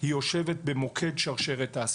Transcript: היא יושבת במוקד שרשרת האספקה.